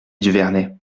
duvernet